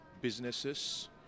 businesses